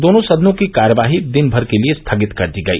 दोनों सदनों की कार्यवाही दिनमर के लिए स्थगित कर दी गई